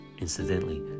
Incidentally